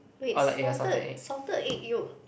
wait salted salted egg yolk